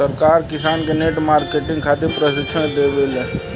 सरकार किसान के नेट मार्केटिंग खातिर प्रक्षिक्षण देबेले?